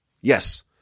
Yes